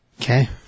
Okay